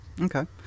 Okay